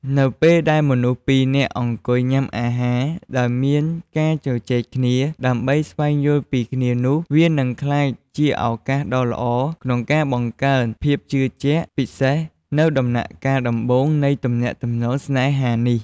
នៅពេលដែលមនុស្សពីរនាក់អង្គុយញ៉ាំអាហារដោយមានការជជែកគ្នា ដើម្បីស្វែងយល់ពីគ្នានោះវានឹងក្លាយជាឱកាសដ៏ល្អក្នុងការបង្កើតភាពជឿជាក់ ពិសេសនៅដំណាក់កាលដំបូងនៃទំនាក់ទំនងស្នេហានេះ។